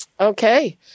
Okay